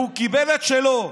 והוא קיבל את שלו.